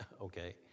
Okay